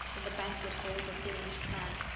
in the banquet-hall, of danish clan.